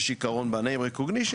יש יתרון ב-name recognition,